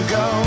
go